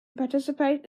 participate